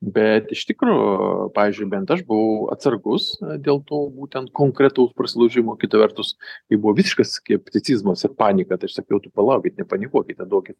bet iš tikro pavyzdžiui bent aš buvau atsargus dėl to būtent konkretaus prasilaužimo kita vertus tai buvo visiškas skepticizmas ir panika taip sakiau tu palaukit nepanikuokite duoki